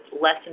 less